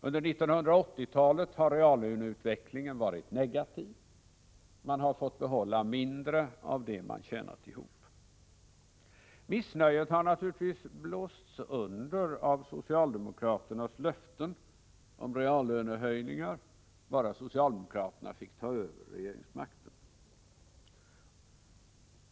Under 1980-talet har reallöneutvecklingen varit negativ; man har fått behålla mindre av det man tjänat ihop. Missnöjet har naturligtvis blåsts under av socialdemokraternas löften om reallönehöjningar bara socialdemokraterna fick ta över regeringsmakten.